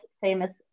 famous